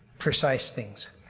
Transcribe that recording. precise things.